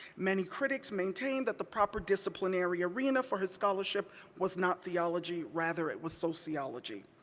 many critics maintained that the proper disciplinary arena for his scholarship was not theology, rather it was sociology.